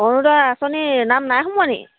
অৰুণোদয় আঁচনিত নাম নাই সোমোৱানি